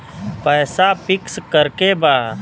पैसा पिक्स करके बा?